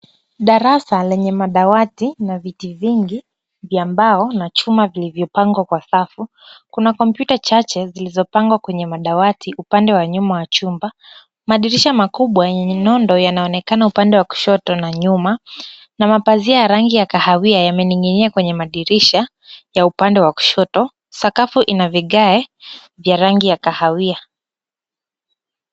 Darasa lenye madawati na viti vingi vya mbao na chuma vilivyopangwa kwa safu. Kuna kompyuta chache zilizopangwa kwenye madawati upande wa nyuma wa chumba. Madirisha makubwa yenye nondo yanaonekana upande wa kushoto na nyuma, na mapazia ya rangi ya kahawia yamening'inia kwenye madirisha ya upande wa kushoto. Sakafu ina vigae vya rangi ya kahawia.